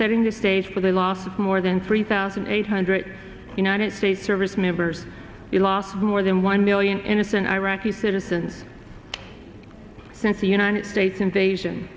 setting the stage for the loss of more than three thousand eight hundred united states service members the loss of more than one million innocent iraqi citizens since the united states invasion